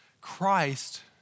Christ